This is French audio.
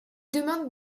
demande